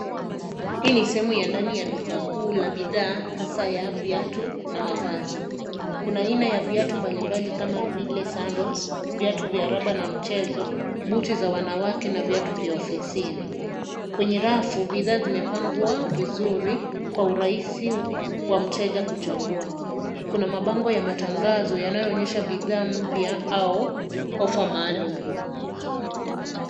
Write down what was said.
Hii ni sehemu ya ndani ya duka kuu ya bidhaa hasa la viatu na mavazi. Kuna aina ya viatu mbalimbali kama vile sandals , viatu vya rubber na mchezo, buti vya wanawake na viatu vya ofisini. Kwenye rafu bidhaa zimepangwa vizuri kwa urahisi wa mteja kuchagua. Kuna mabango ya matangazo yanayoonyesha bidhaa mpya au offer maalum.